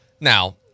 Now